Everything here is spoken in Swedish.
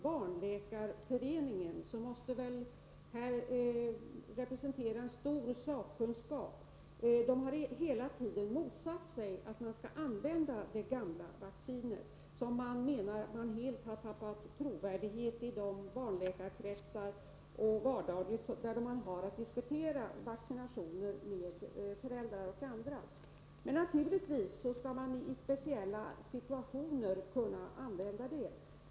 Barnläkarföreningen, som måste representera stor sakkunskap här, har hela tiden motsatt sig användandet av det gamla vaccinet, som man menar helt har tappat trovärdighet i barnläkarkretsar när man diskuterat vaccinationer med föräldrar och andra. Naturligtvis skall man i speciella situationer kunna använda det.